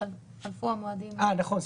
כפל הקנס המינהלי האמור בתקנה 9,